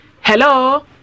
hello